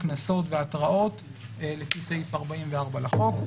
הקנסות וההתראות לפי סעיף 44 לחוק.